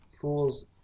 fools